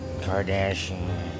Kardashian